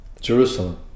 Jerusalem